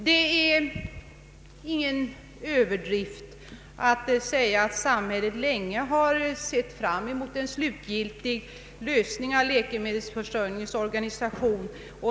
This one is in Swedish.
Det är ingen överdrift att säga att samhället länge har sett fram mot en slutgiltig lösning på problemet med läkemedelsförsörjningens organisation.